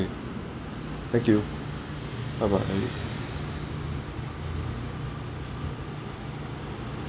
thank you bye bye